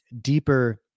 deeper